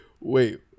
Wait